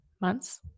months